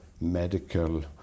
medical